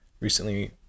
recently